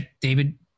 David